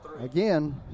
again